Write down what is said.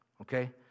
okay